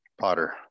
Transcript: potter